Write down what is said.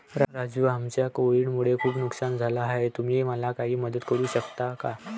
राजू आमचं कोविड मुळे खूप नुकसान झालं आहे तुम्ही मला काही मदत करू शकता का?